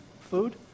food